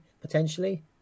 potentially